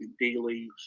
daily